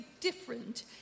different